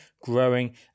growing